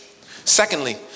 Secondly